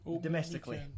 domestically